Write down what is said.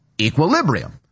Equilibrium